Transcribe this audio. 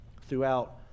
throughout